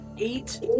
eight